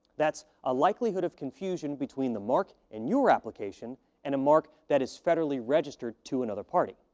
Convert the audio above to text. that's a likelihood of confusion between the mark in your application and a mark that is federally registered to another party.